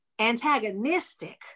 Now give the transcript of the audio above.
antagonistic